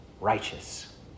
righteous